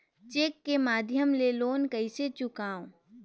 Cheque के माध्यम ले लोन कइसे चुकांव?